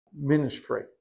ministry